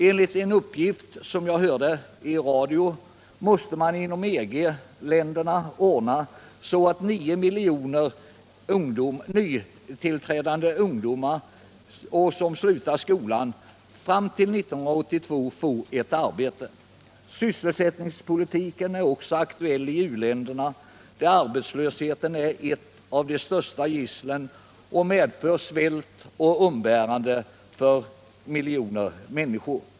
Enligt en uppgift som jag hörde i radio måste man inom EG-länderna ordna så att nio miljoner nytillträdande ungdomar, som slutar skolan fram till 1982, får ett arbete. Sysselsättningspolitiken är också aktuell i u-länderna, där arbetslösheten är ett av de största gisslen och medför svält och umbäranden för miljoner människor.